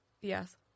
Yes